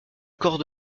corps